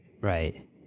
Right